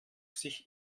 sich